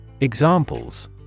Examples